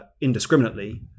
indiscriminately